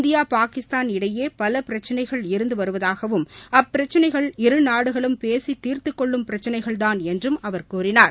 India Pakistan இடையே பல பிரச்சினைகள் இருந்து வருவதாகவும் அப்பிரச்சினைகள் இரு நாடுகளும் பேசி தீர்த்துக் கொள்ளும் பிரச்சினைகள்தான் என்றும் அவர் கூறினார்